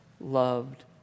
loved